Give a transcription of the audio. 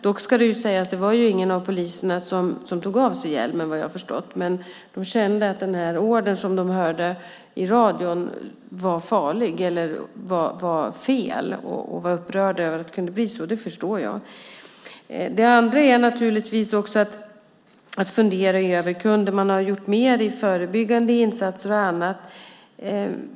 Dock ska sägas att ingen av poliserna tog av sig hjälmen, vad jag har förstått, men de kände att ordern som de hörde i radion var fel och var upprörda över att det kunde bli så. Det förstår jag. Det andra man måste fundera över är om man hade kunnat göra mer i form av förebyggande insatser.